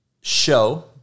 show